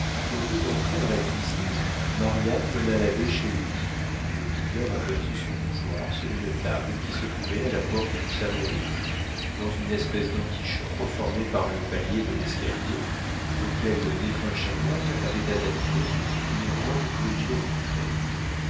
au lieu d'entrer dans la cuisine marianne mena l'abbé chez lui où le vicaire aperçut son bougeoir sur une table qui se trouvait à la porte du salon rouge dans une espèce d'antichambre formée par le palier de l'escalier auquel le défunt chanoine avait adapté une grande clôture vitrée